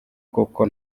kuko